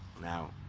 Now